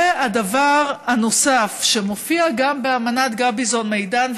והדבר הנוסף שמופיע באמנת גביזון-מדן,